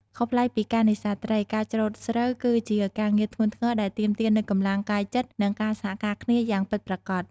ខុសប្លែកពីការនេសាទត្រី ការច្រូតស្រូវគឺជាការងារធ្ងន់ធ្ងរដែលទាមទារនូវកម្លាំងកាយចិត្តនិងការសហការគ្នាយ៉ាងពិតប្រាកដ។